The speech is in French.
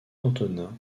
antonin